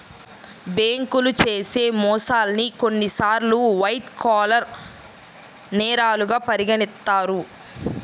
బ్యేంకులు చేసే మోసాల్ని కొన్నిసార్లు వైట్ కాలర్ నేరాలుగా పరిగణిత్తారు